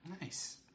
Nice